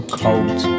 cold